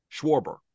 Schwarber